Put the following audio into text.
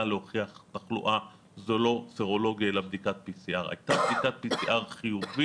להוכיח תחלואה זה לא סרולוגיה אלא בדיקת PCR. הייתה בדיקת PCR חיובית,